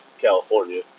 California